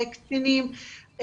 קטינים,